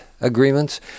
agreements